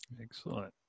Excellent